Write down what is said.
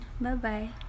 Bye-bye